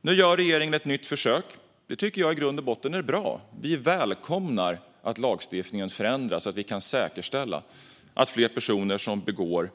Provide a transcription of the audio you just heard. Nu gör regeringen ett nytt försök. Det tycker jag i grund och botten är bra - vi välkomnar att lagstiftningen förändras så att vi kan säkerställa att fler personer som begår